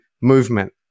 movement